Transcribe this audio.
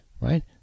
right